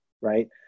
right